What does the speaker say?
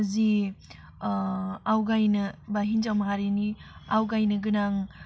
जि आवगायनो बा हिन्जाव माहारिनि आवगायनो गोनां